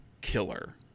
killer